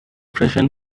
freshen